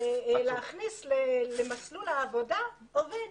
להכניס למסלול העבודה עובד